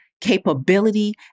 capability